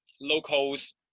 Locals